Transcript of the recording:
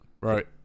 Right